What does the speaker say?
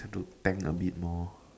to tank a bit more